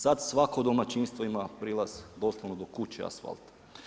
Sad svako domaćinstvo ima prilaz doslovno do kuće asfalt.